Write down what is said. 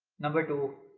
number two,